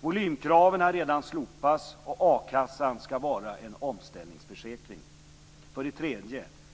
Volymkraven har redan slopats. A-kassan skall vara en omställningsförsäkring. 3.